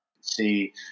see